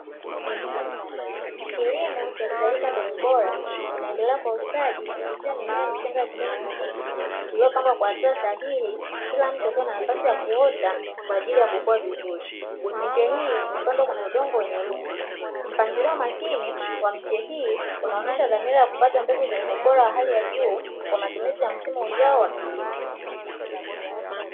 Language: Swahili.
Kilimo cha kuzalisha mbegu bora kinaendelea kwa ustadi, kupitia mimea michanga ya kijani kibichi, iliyopangwa kwa hatua sahihi kila mche ukiwa na nafasi ya kuota kwaajili ya kukuwa vizuri. Miche hii imepandwa kwenye udongo wenye rutuba. Mpangilio makini wa mche hii unaonesha dhamira ya kupata mbegu zenye ubora wa hali ya juu kwa matumizi ya msimu ujao wa kilimo.